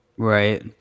Right